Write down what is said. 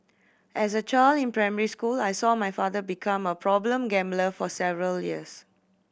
as a child in primary school I saw my father become a problem gambler for several years